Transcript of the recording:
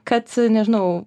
kad nežinau